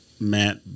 Matt